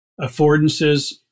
affordances